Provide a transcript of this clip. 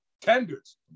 Tenders